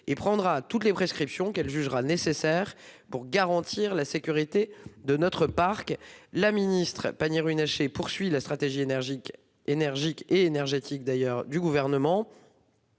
prendra toutes les prescriptions qu'elle jugera nécessaires pour garantir la sécurité de notre parc nucléaire. Ainsi, la ministre Agnès Pannier-Runacher poursuit la stratégie énergétique, et énergique !, du Gouvernement,